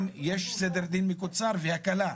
יש גם סדר דין מקוצר והקלה.